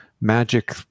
magic